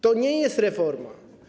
To nie jest reforma.